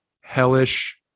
hellish